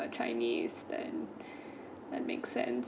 chinese then make sense